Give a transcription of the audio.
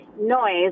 noise